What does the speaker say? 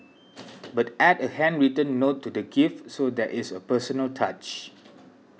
but add a handwritten note to the gift so there is a personal touch